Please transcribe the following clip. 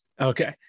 Okay